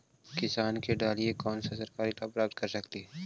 किसान के डालीय कोन सा सरकरी लाभ प्राप्त कर सकली?